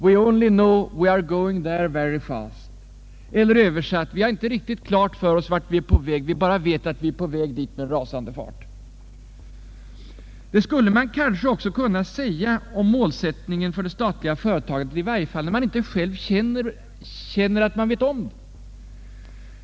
We only know wc are going there very fast.” Eller översatt: Vi har inte riktigt klart för oss vart vi är på väg. Vi bara vet att vi är på väg dit med en rasande fart. Det skulle man kanske också kunna säga om målsättningen för det statliga företagandet, i varje fall när man inte känner att man vet om den.